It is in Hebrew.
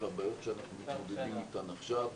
והבעיות שאנחנו מתמודדים איתן עכשיו.